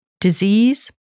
disease